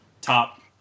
top